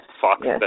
Fox